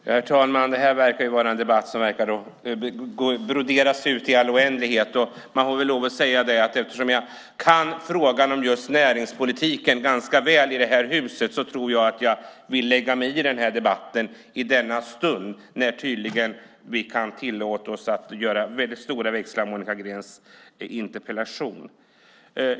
Herr talman! Denna debatt verkar broderas ut i all oändlighet. Eftersom jag kan frågan om näringspolitiken ganska väl tror jag att jag vill lägga mig i denna debatt i denna stund där vi tydligen kan dra stora växlar på Monica Greens interpellation.